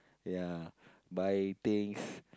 ya buy things